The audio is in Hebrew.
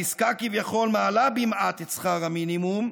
העסקה, כביכול, מעלה במעט את שכר המינימום,